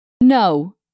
No